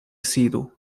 sidu